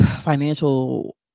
financial